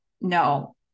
no